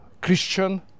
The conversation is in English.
Christian